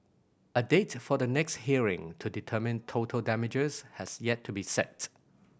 a date for the next hearing to determine total damages has yet to be set